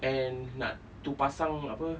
and nak itu pasang apa